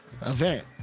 event